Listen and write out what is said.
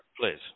please